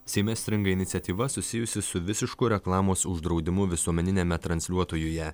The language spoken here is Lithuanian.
seime stringa iniciatyva susijusi su visišku reklamos uždraudimu visuomeniniame transliuotojuje